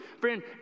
friend